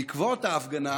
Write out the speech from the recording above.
בעקבות ההפגנה